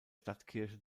stadtkirche